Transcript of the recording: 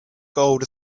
gold